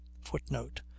Footnote